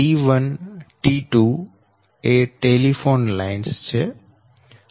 T1 T2 telephone line છે